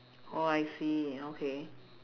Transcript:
oh I see okay